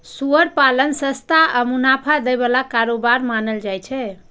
सुअर पालन सस्ता आ मुनाफा दै बला कारोबार मानल जाइ छै